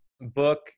book